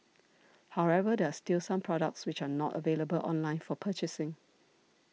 however there are still some products which are not available online for purchasing